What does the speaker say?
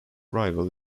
rival